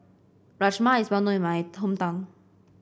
Rajma is well known in my hometown